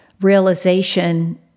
realization